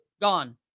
gone